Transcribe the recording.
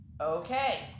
okay